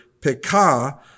Pekah